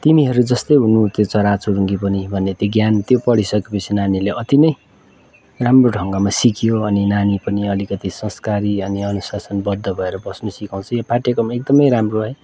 तिमीहरू जस्तै हुन् त्यो चराचुरुङ्गीहरू पनि त्यो ज्ञान त्यो पढि सकेपछि नानीहरूले अति नै राम्रो ढङ्गमा सिक्यो अनि नानी पनि अलिकति संस्कारी अनि अनुशासनबद्ध भएर बस्नु सिकाउँछ यो पाठ्यक्रम एकदमै राम्रो है